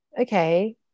Okay